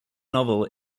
novel